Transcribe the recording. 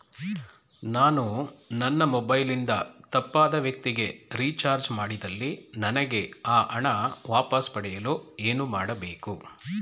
ನಾನು ನನ್ನ ಮೊಬೈಲ್ ಇಂದ ತಪ್ಪಾದ ವ್ಯಕ್ತಿಗೆ ರಿಚಾರ್ಜ್ ಮಾಡಿದಲ್ಲಿ ನನಗೆ ಆ ಹಣ ವಾಪಸ್ ಪಡೆಯಲು ಏನು ಮಾಡಬೇಕು?